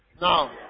Now